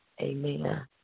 Amen